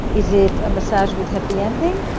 is it a massage with happy ending?